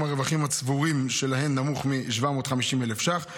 הרווחים הצבורים שלהן נמוך מ-750,000 ש"ח,